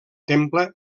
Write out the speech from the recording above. temple